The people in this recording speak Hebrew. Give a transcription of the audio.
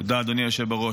תודה, אדוני היושב-ראש.